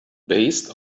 based